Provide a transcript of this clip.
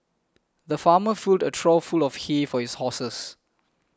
the farmer filled a trough full of hay for his horses